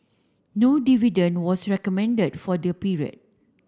no dividend was recommended for the period